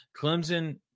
Clemson